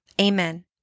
Amen